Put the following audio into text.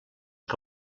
que